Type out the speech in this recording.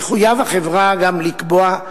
תחויב החברה גם לקבוע,